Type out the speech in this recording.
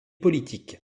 politique